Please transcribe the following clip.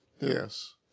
Yes